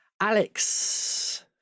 Alex